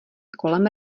kolem